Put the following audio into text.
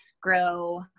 grow